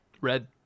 red